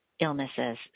illnesses